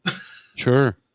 Sure